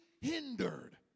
hindered